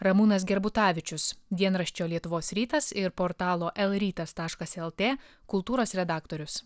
ramūnas gerbutavičius dienraščio lietuvos rytas ir portalo lrytas taškas lt kultūros redaktorius